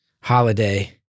holiday